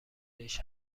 بهش